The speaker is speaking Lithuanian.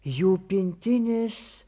jų pintinės